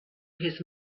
his